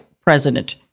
President